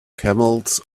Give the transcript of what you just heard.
camels